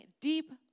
deep